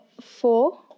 four